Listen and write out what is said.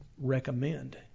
recommend